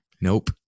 Nope